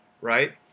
right